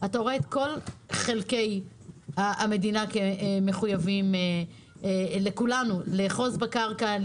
אתה רואה שיש לכולנו מחויבות לאחוז בקרקע בכל חלקי המדינה,